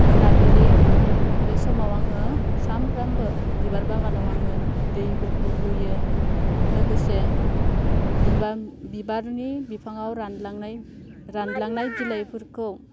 मोनाबिलि बे समाव आङो सामफ्रामबो बिबार बागानाव आङो दैफोरखौ लुयो लोगोसे बिबार बिबारनि बिफाङाव रानलांनाय रानलांनाय बिलाइफोरखौ